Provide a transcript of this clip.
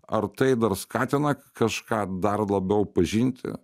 ar tai dar skatina kažką dar labiau pažinti